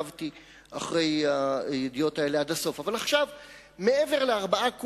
הזכאי זכאי, אבל אם הוא